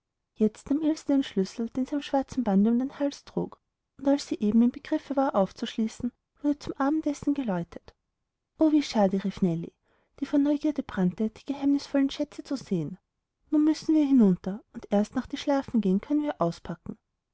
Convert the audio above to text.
jetzt nahm ilse den schlüssel den sie am schwarzen bande um den hals trug und als sie eben im begriffe war aufzuschließen wurde zum abendessen geläutet o wie schade rief nellie die vor neugierde brannte die geheimnisvollen schätze zu sehen nun müssen wir hinunter und erst nach die schlafgehen können wir auspacken